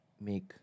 make